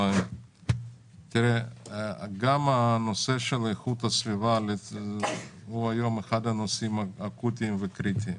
גם הנושא של איכות הסביבה היום הוא אחד הנושאים האקוטיים והקריטיים.